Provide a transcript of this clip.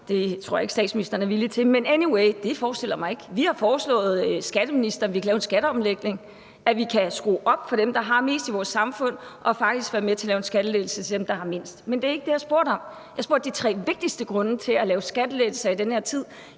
det tror jeg ikke statsministeren er villig til. Men anyway, det forestiller jeg mig ikke. Vi har foreslået skatteministeren, at vi kan lave en skatteomlægning, og at vi kan skrue op i forhold til dem, der har mest i vores samfund, og faktisk være med til at lave en skattelettelse til dem, der har mindst, men det var ikke det, jeg spurgte om. Jeg spurgte til de tre vigtigste grunde til at lave skattelettelser i den her tid.